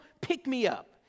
pick-me-up